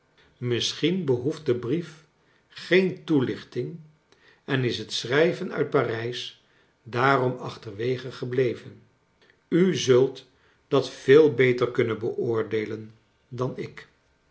misschien behoeft de brief geen toelichting en is het schrijven uit parijs daarom achterwege gebleven u zult dat veel beter kunnen beoordeelen dan ik